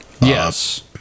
yes